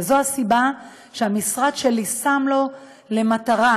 וזו הסיבה שהמשרד שלי שם לו למטרה